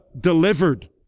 delivered